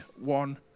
one